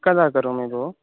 कदा करोमि भोः